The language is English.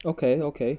okay okay